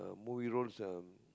movie rolls um